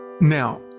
now